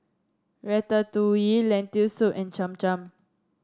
Ratatouille Lentil Soup and Cham Cham